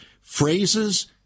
phrases